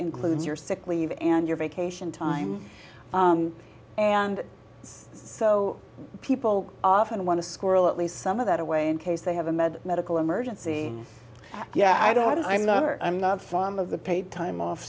includes your sick leave and your vacation time and so people often want to squirrel at least some of that away in case they have a mad medical emergency yeah i don't want to i'm not i'm not fond of the paid time off